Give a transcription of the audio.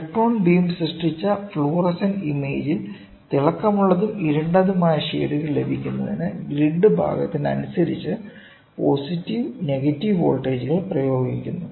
electron beam സൃഷ്ടിച്ച fluorescent ഇമേജിൽ തിളക്കമുള്ളതും ഇരുണ്ടതുമായ ഷേഡുകൾ ലഭിക്കുന്നതിന് ഗ്രിഡ് ഭാഗത്തിന് അനുസരിച്ച് പോസിറ്റീവ് നെഗറ്റീവ് വോൾട്ടേജുകൾ പ്രയോഗിക്കുന്നു